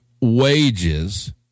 wages